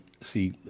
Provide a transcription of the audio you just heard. See